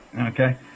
Okay